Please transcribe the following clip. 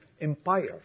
Empire